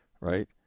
right